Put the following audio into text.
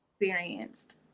Experienced